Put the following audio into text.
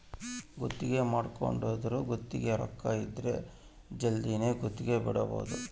ಗುತ್ತಿಗೆ ಮಾಡ್ಕೊಂದೊರು ಗುತ್ತಿಗೆ ರೊಕ್ಕ ಇದ್ರ ಜಲ್ದಿನೆ ಗುತ್ತಿಗೆ ಬಿಡಬೋದು